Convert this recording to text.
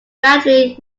gradually